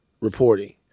reporting